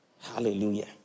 Hallelujah